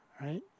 right